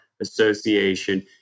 Association